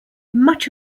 much